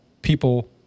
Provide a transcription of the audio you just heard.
People